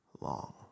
long